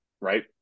right